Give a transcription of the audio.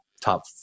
top